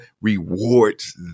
rewards